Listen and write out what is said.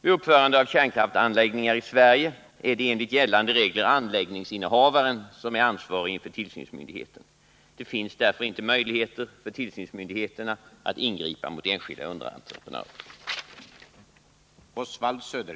Vid uppförandet av kärnkraftsanläggningar i Sverige är det enligt gällande regler anläggningsinnehavaren som är ansvarig inför tillsynsmyndigheterna. Det finns därför inte möjligheter för tillsynsmyndigheterna att ingripa mot enskilda underentreprenörer.